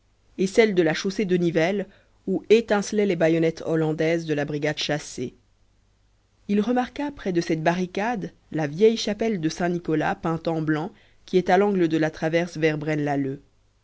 et celle de la chaussée de nivelles où étincelaient les bayonnettes hollandaises de la brigade chassé il remarqua près de cette barricade la vieille chapelle de saint-nicolas peinte en blanc qui est à l'angle de la traverse vers braine lalleud